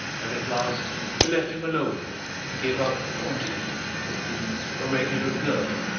but at last they left him alone and gave up taunting him with being a regular girl,